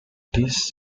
this